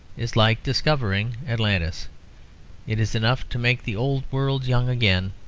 is like discovering atlantis it is enough to make the old world young again.